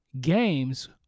games